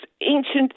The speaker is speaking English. ancient